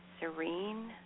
serene